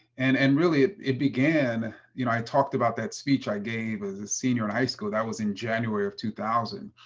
and and really, it it began you know i talked about that speech i gave as a senior in high school. that was in january of two thousand.